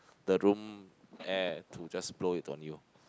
the room air to just blow it on you